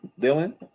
Dylan